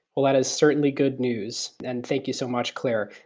ah that is certainly good news. and thank you so much, claire.